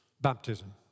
baptism